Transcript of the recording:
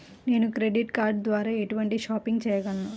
నేను credit card ద్వార ఎటువంటి షాపింగ్ చెయ్యగలను?